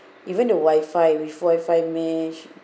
even the wifi with wifi mesh